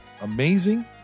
amazing